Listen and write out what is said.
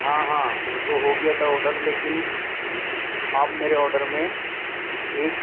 ہاں ہاں وہ تو ہو گیا تھا آڈر لیکن آپ میرے آڈر میں ایک